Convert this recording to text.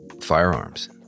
firearms